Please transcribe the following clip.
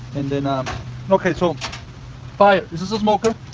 and and um okay so fire, this is a smoker.